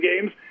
games